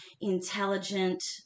intelligent